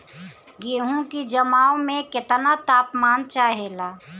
गेहू की जमाव में केतना तापमान चाहेला?